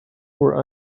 were